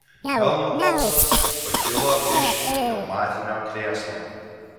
helmholcas pakilo iš pneumatinio krėslo